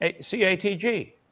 C-A-T-G